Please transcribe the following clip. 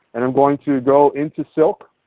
and i'm going to go in to silk.